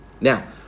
Now